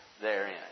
therein